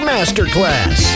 Masterclass